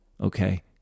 Okay